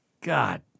God